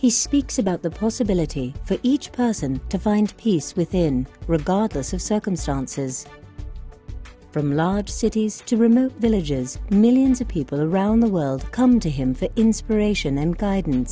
he speaks about the possibility for each person to find peace within regardless of circumstances from large cities to remove villages millions of people around the world come to him for inspiration and guidance